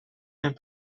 and